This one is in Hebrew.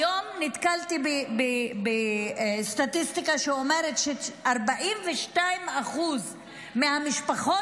היום נתקלתי בסטטיסטיקה שאומרת ש-42% מהמשפחות